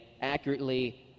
accurately